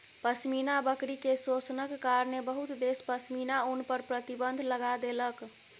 पश्मीना बकरी के शोषणक कारणेँ बहुत देश पश्मीना ऊन पर प्रतिबन्ध लगा देलक